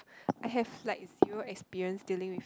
I have like zero experience dealing with